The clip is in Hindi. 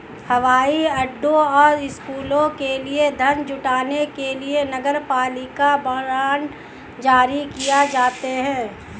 हवाई अड्डों और स्कूलों के लिए धन जुटाने के लिए नगरपालिका बांड जारी किए जाते हैं